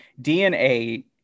DNA